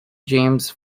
james